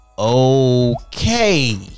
Okay